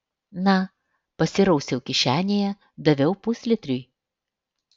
na pasirausiau kišenėje daviau puslitriui